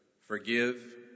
Forgive